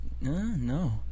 No